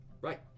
Right